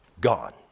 gone